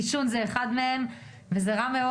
עישון זה אחד מהם וזה רע מאוד.